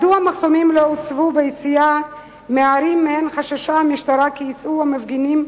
מדוע לא הוצבו מחסומים ביציאה מהערים שמהן חששה המשטרה כי יצאו מפגינים,